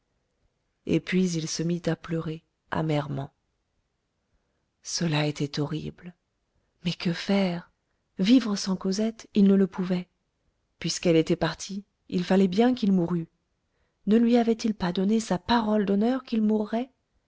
et puis il se mit à pleurer amèrement cela était horrible mais que faire vivre sans cosette il ne le pouvait puisqu'elle était partie il fallait bien qu'il mourût ne lui avait-il pas donné sa parole d'honneur qu'il mourrait